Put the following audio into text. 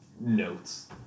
notes